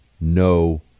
no